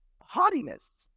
haughtiness